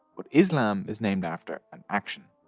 but islam is named after an action.